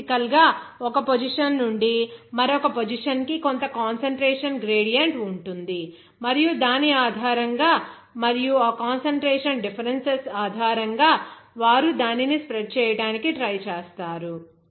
ఇది బేసికల్ గా ఒక పొజిషన్ నుండి మరొక పొజిషన్ కి కొంత కాన్సంట్రేషన్ గ్రేడియంట్ ఉంటుంది మరియు దాని ఆధారంగా మరియు ఆ కాన్సంట్రేషన్ డిఫరెన్సెస్ ఆధారంగా వారు దానిని స్ప్రెడ్ చేయటానికి ట్రై చేస్తారు